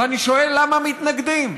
ואני שואל: למה מתנגדים?